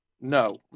no